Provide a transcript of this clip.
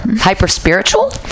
Hyper-spiritual